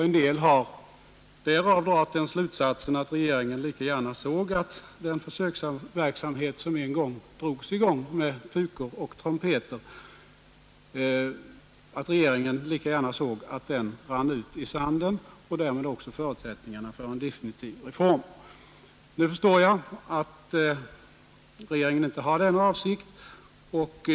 En del har därav dragit slutsatsen att regeringen lika gärna såg att den försöksverksamhet som en gång drogs i gång med pukor och trumpeter rann ut i sanden och därmed förutsättningarna för en definitiv reform. Nu förstår jag att det inte är regeringens avsikt.